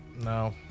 No